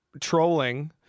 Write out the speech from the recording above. trolling